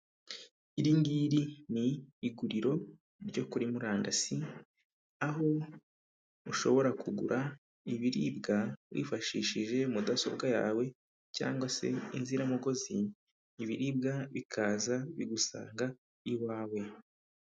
Iri ngiri ni iguriro ryo kuri murandasi, aho ushobora kugura ibiribwa wifashishije mudasobwa yawe cyangwa se inziramugozi, ibiribwa bikaza bigusanga iwawe.